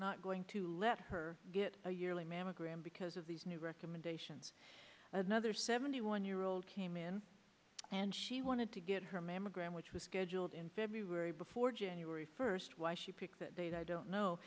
not going to let her get a yearly mammogram because of these new recommendations another seventy one year old came in and she wanted to get her mammogram which was scheduled in february before january first why she picked that date i don't know